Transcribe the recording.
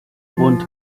grund